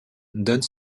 donne